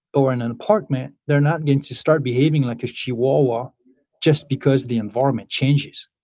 or in an apartment, they're not going to start behaving like a chihuahua just because the environment changes.